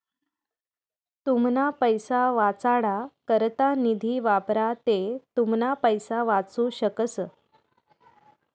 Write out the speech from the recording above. तुमना पैसा वाचाडा करता निधी वापरा ते तुमना पैसा वाचू शकस